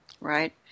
Right